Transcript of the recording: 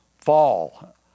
fall